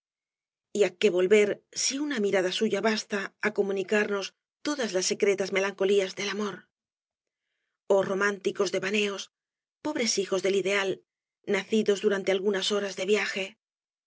á qué volver si una mirada suya basta á comunicarnos todas las secretas melancolías del amor oh románticos devaneos pobres hijos del ideal nacidos durante algunas horas de viaje